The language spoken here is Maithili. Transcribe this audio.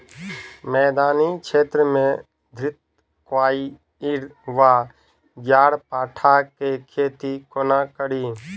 मैदानी क्षेत्र मे घृतक्वाइर वा ग्यारपाठा केँ खेती कोना कड़ी?